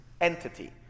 entity